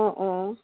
অঁ অঁ